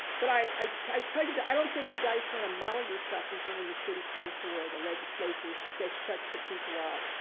but i tell tell you that i don't think you guys want to model yourself behind the city council or the legislature that shuts the people up.